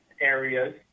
areas